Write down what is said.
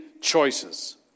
choices